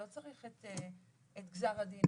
לא צריך את גזר הדין,